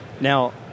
now